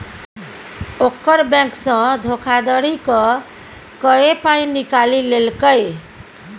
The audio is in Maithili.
ओकर बैंकसँ धोखाधड़ी क कए पाय निकालि लेलकै